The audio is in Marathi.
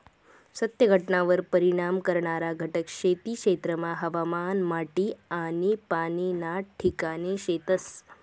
सत्य घटनावर परिणाम करणारा घटक खेती क्षेत्रमा हवामान, माटी आनी पाणी ना ठिकाणे शेतस